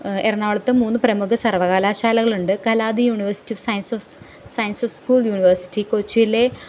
എറണാകുളത്ത് മൂന്ന് പ്രമുഖ സർവകലാശാലകളുണ്ട് Kalady university of science science of school university കൊച്ചിയിലെ